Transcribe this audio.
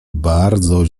bardzo